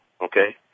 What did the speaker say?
okay